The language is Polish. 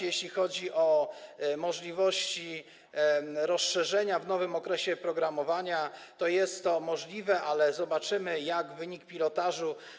Jeśli chodzi o możliwości rozszerzenia w nowym okresie programowania, to jest to możliwe, ale zobaczymy, jaki będzie wynik pilotażu.